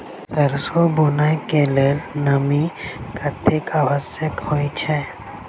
सैरसो बुनय कऽ लेल नमी कतेक आवश्यक होइ छै?